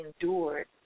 endured